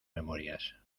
memorias